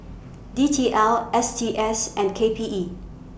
D T L S T S and K P E